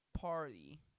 party